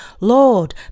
Lord